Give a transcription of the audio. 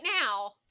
now